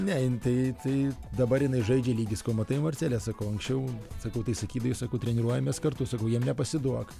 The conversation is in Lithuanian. ne jin tai tai dabar jinai žaidžia lygiai sakau matai marcele sakau anksčiau sakau tai sakydavai sakau treniruojamės kartu sakau jiem nepasiduok